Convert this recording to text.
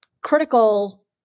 critical